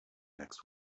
next